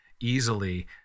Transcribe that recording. easily